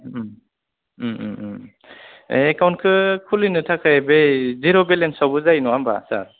एकाउन्टखो खुलिनो थाखाय बै जिर' बेलेन्स आवबो जायो नङा होमब्ला सार